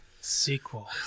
Sequel